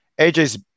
AJ's